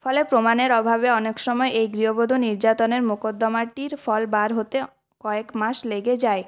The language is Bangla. ফলে প্রমাণের অভাবে অনেকসময় এই গৃহবধূ নির্যাতনের মোকদ্দমাটির ফল বার হতে কয়েক মাস লেগে যায়